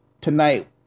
tonight